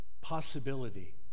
possibility